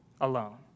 alone